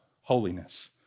holiness